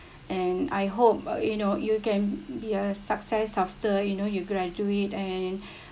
and I hope uh you know you can be a success after you know you graduate and